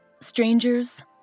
Strangers